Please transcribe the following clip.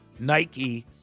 Nike